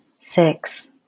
six